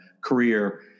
career